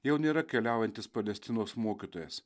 jau nėra keliaujantis palestinos mokytojas